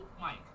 Mike